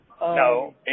No